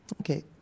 Okay